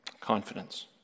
Confidence